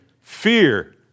fear